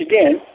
again